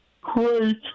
great